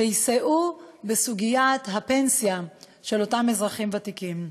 שיסייעו בסוגיית הפנסיה של אותם אזרחים ותיקים.